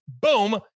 boom